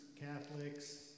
Catholics